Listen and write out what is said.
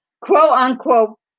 quote-unquote